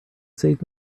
save